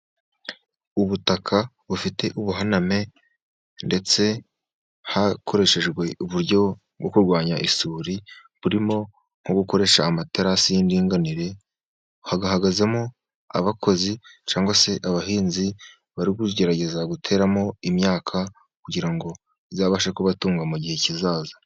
Ubutaka bufite ubuhaname ndetse hakoreshejwe uburyo bwo kurwanya isuri, burimo nko gukoresha amaterasi y'indinganire. Hahagazemo abakozi cyangwa se abahinzi bari kugerageza guteramo imyaka, kugira ngo izabashe kubatunga mu gihe kizaza.